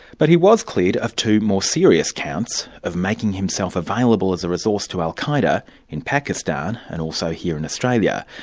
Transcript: but he was cleared of two more serious counts of making himself available as a resource to al-qa'eda in pakistan and also here in australia.